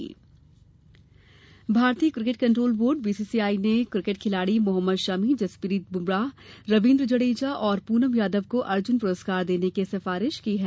BCCI Arjun पुरस्कार भारतीय cricket control board BCCI ने क्रिकेट खिलाड़ी मोहम्मद शमी जसप्रीत बुमराह रवीन्द्र जडेजा और पूनम यादव को अर्जुन पुरस्कार देने की सिफारिश की है